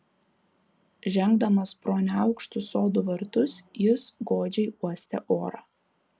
žengdamas pro neaukštus sodų vartus jis godžiai uostė orą